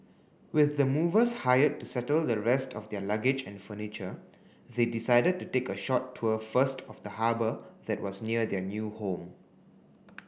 with the movers hired to settle the rest of their luggage and furniture they decided to take a short tour first of the harbour that was near their new home